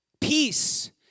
Peace